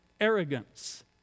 arrogance